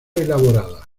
elaborada